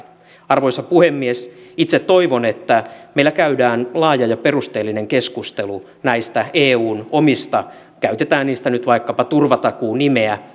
arvoisa puhemies itse toivon että meillä käydään laaja ja perusteellinen keskustelu näistä eun omista turvatakuista käytetään niistä nyt vaikkapa sitä nimeä